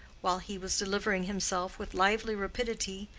while he was delivering himself with lively rapidity,